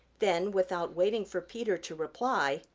then without waiting for peter to reply,